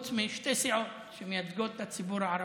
חוץ משתי סיעות, שמייצגות את הציבור הערבי.